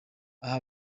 aha